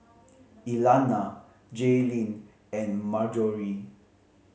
Elana Jaylyn and Marjorie